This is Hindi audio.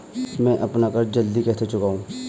मैं अपना कर्ज जल्दी कैसे चुकाऊं?